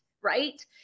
right